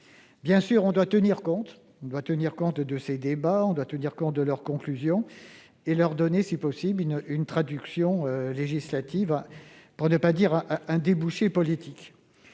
Bien sûr, nous devons tenir compte de ces débats et de leurs conclusions pour leur donner, si possible, une traduction législative, pour ne pas dire un débouché politique.